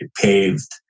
paved